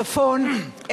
צפון.